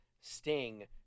Sting